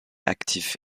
actif